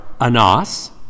Anas